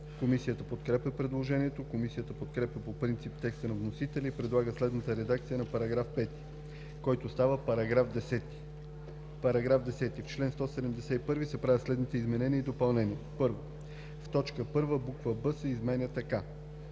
Комисията подкрепя предложението. Комисията подкрепя по принцип текста на вносителя и предлага следната редакция на § 5, който става § 10: „§ 10. В чл. 171 се правят следните изменения и допълнения: 1. В т. 1 буква „б“ се изменя така: